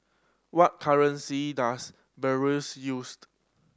what currency does Belarus used